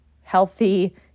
healthy